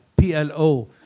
PLO